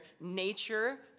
nature